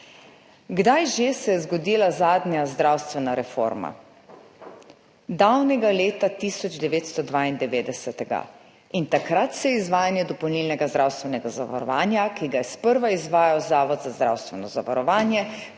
Kdaj že se je zgodila zadnja zdravstvena reforma? Davnega leta 1992. In takrat se je izvajanje dopolnilnega zdravstvenega zavarovanja, ki ga je sprva izvajal Zavod za zdravstveno zavarovanje,